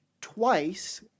twice